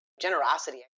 generosity